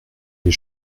des